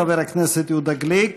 חבר הכנסת יהודה גליק,